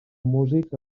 músics